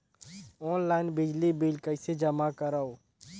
Online बिजली bill कइसे जमा करव?